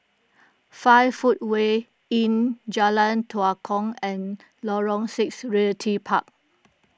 five Footway Inn Jalan Tua Kong and Lorong six Realty Park